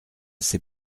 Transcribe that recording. ces